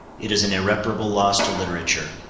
it is an irreparable loss to literature.